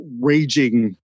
raging